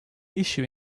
issue